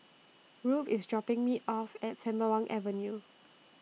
Rube IS dropping Me off At Sembawang Avenue